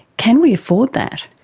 can we afford that?